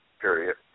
period